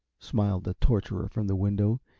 smiled the torturer from the window.